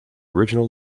original